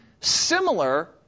similar